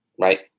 Right